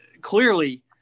clearly